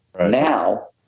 Now